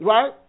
Right